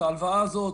את ההלוואה הזו,